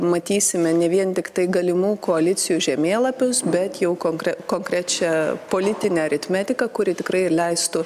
matysime ne vien tiktai galimų koalicijų žemėlapius bet jau konkre konkrečią politinę aritmetiką kuri tikrai ir leistų